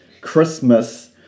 Christmas